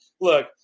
look